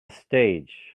stage